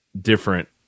different